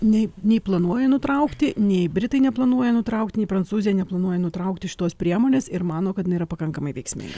nei nei planuoja nutraukti nei britai neplanuoja nutraukti nei prancūzija neplanuoja nutraukti šitos priemonės ir mano kad jinai yra pakankamai veiksminga